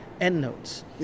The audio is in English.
endnotes